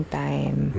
time